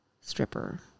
Stripper